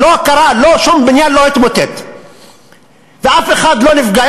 שום בניין לא התמוטט ואף אחד לא נפגע.